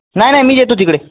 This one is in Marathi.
नाही नाही मी येतो तिकडे